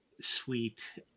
Sweet